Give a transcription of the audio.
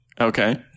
Okay